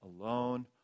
alone